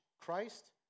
Christ